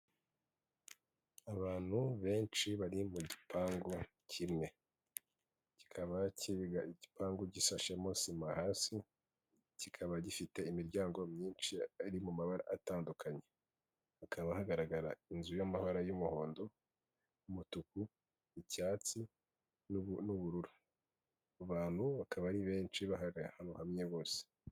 Abantu benshi bari mu gipangu kimwe. Kikaba igipangu gisashemo sima hasi, kikaba gifite imiryango myinshi ari mu mabara atandukanye. Hakaba hagaragara inzu y'amabara y'umuhondo, umutuku, icyatsi n'ubururu. Abantu bakaba ari benshi, bahagaze ahantu hamwe bose.